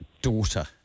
daughter